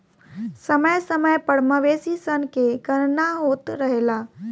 समय समय पर मवेशी सन के गणना होत रहेला